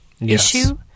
issue